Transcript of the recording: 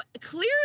clearly